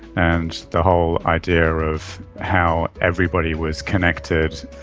and the whole idea of how everybody was connected,